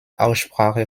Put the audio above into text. aussprache